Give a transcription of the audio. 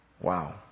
Wow